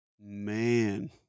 man